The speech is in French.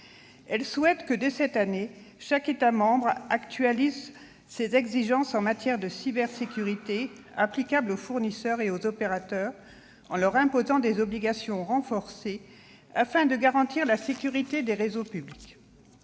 Elle souhaite que, dès cette année, chaque État membre actualise ses exigences en matière de cybersécurité applicable aux fournisseurs et aux opérateurs, en leur imposant des obligations renforcées, afin de garantir la sécurité des réseaux publics.